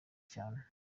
cyane